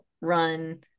run